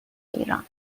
ایران